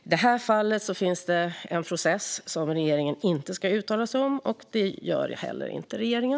I det här fallet pågår en process som regeringen inte ska uttala sig om, och det gör inte heller regeringen.